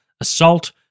assault